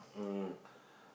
um